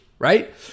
right